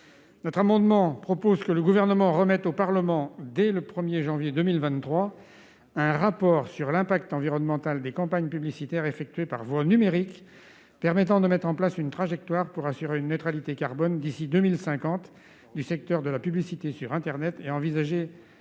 Notre amendement prévoit que le Gouvernement remette au Parlement, au plus tard le 1 janvier 2023, un rapport sur l'impact environnemental des campagnes publicitaires effectuées par voie numérique. Celui-ci permettra de mettre en place une trajectoire pour assurer la neutralité carbone d'ici à 2050 du secteur de la publicité sur internet. Nous